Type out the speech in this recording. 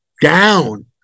down